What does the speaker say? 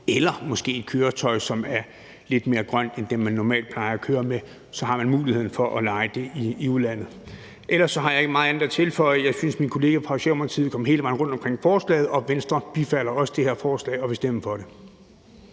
eller måske et køretøj, som er lidt mere grønt end det, man normalt plejer at køre med, så har man muligheden for at leje det i udlandet. Ellers har jeg ikke meget andet at tilføje. Jeg synes, min kollega fra Socialdemokratiet kom hele vejen rundt omkring forslaget, og Venstre bifalder også det her forslag og vil stemme for det.